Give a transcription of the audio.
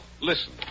listen